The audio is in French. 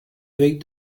évêques